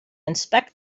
inspect